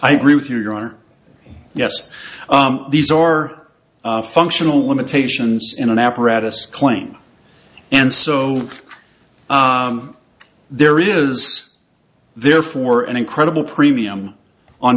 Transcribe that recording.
i agree with your honor yes these are functional limitations in an apparatus claim and so there is therefore an incredible premium on